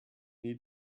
nie